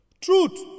Truth